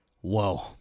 Whoa